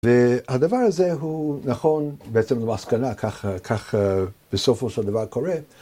והדבר הזה הוא נכון בעצם למסקנה, כך בסופו של דבר קורה.